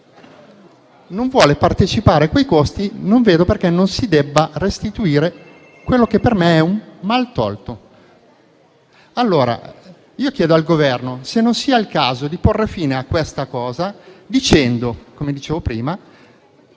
non vuole partecipare a quei costi, non vedo perché non gli si debba restituire quello che per me è un maltolto. Chiedo quindi al Governo se non sia il caso di porre fine a questa situazione dicendo - come affermato prima